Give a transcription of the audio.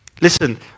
listen